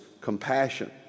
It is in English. Compassion